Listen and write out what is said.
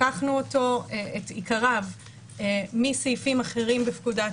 לקחנו את עיקריו מסעיפים אחרים בפקודת